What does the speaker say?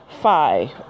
five